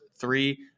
three